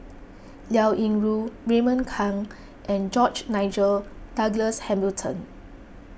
Liao Yingru Raymond Kang and George Nigel Douglas Hamilton